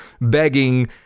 begging